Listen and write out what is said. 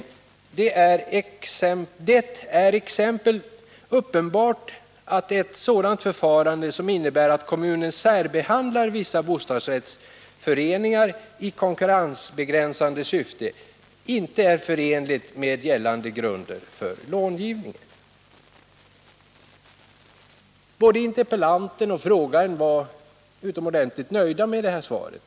Det är t.ex. uppenbart att ett sådant förfarande ——- som innebär att kommunen särbehandlar vissa bostadsrättsföreningar i konkurrensbegränsande syfte — inte är förenligt med gällande grunder för långivningen.” Både interpellanten och frågeställaren var utomordentligt nöjda med detta svar.